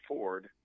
Ford